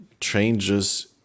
changes